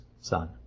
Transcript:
Son